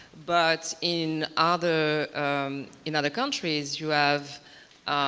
but in other in other countries you have